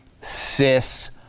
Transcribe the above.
cis